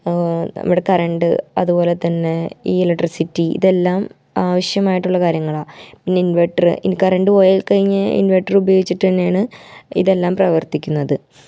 ഇവിടെ കറണ്ട് അതുപോലെ തന്നെ ഈ ഇലക്ട്രിസിറ്റി ഇതെല്ലാം ആവശ്യമായിട്ടുള്ള കാര്യങ്ങളാണ് പിന്നെ ഇൻവെർട്ടർ ഇനി കറണ്ട് പോയിക്കഴിഞ്ഞാൽ ഇൻവെർട്ടർ ഉപയോഗിച്ചിട്ട് തന്നെയാണ് ഇതെല്ലാം പ്രവർത്തിക്കുന്നത്